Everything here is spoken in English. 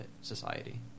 society